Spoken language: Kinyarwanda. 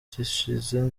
gishize